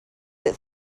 that